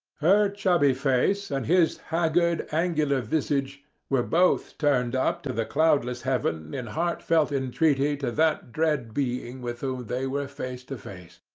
her chubby face, and his haggard, angular visage were both turned up to the cloudless heaven in heartfelt entreaty to that dread being with whom they were face to face,